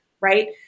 Right